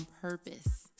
purpose